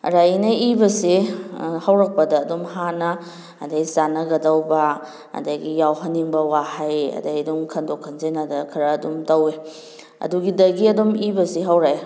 ꯑꯗ ꯑꯩꯅ ꯏꯕꯁꯦ ꯍꯧꯔꯛꯄꯗ ꯑꯗꯨꯝ ꯍꯥꯟꯅ ꯑꯗꯒꯤ ꯆꯥꯟꯅꯒꯗꯧꯕ ꯑꯗꯒꯤ ꯌꯥꯎꯍꯟꯅꯤꯡꯕ ꯋꯥꯍꯩ ꯑꯗꯩ ꯑꯗꯨꯝ ꯈꯟꯗꯣꯛ ꯈꯟꯖꯤꯟ ꯑꯗ ꯈꯔ ꯑꯗꯨꯝ ꯇꯧꯏ ꯑꯗꯨꯒꯤꯗꯒꯤ ꯑꯗꯨꯝ ꯏꯕꯁꯤ ꯍꯧꯔꯛꯑꯦ